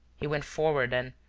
he went forward and,